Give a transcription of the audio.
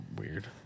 weird